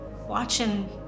watching